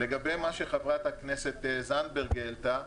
לגבי מה שחברת הכנסת זנדברג העלתה,